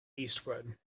eastward